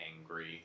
angry